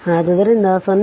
ಆದ್ದರಿಂದ 0